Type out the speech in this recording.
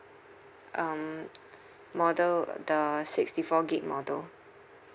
um model uh the sixty four gig model